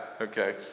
okay